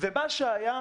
ומה שהיה,